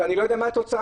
ואני לא יודע מהי התוצאה.